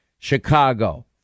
Chicago